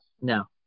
No